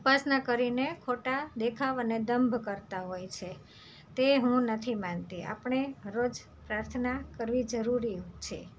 ઉપાસના કરીને ખોટા દેખાવ અને દંભ કરતાં હોય છે તે હું નથી માનતી આપણે રોજ જ પ્રાર્થના કરવી જરૂરી છે